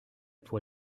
pour